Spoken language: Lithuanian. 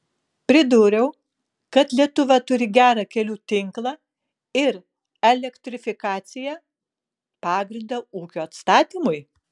pridūriau kad lietuva turi gerą kelių tinklą ir elektrifikaciją pagrindą ūkio atstatymui